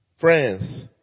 Friends